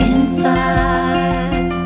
Inside